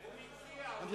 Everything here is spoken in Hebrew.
זה קיים מזמן.